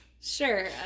Sure